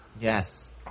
Yes